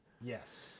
Yes